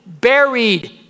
buried